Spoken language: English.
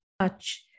touch